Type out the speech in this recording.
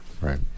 right